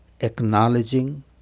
acknowledging